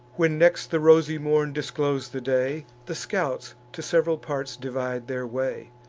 when next the rosy morn disclos'd the day, the scouts to sev'ral parts divide their way,